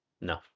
No